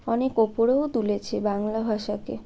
অনেক উপরেও তুলেছে বাংলা ভাষাকে